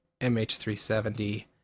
MH370